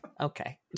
okay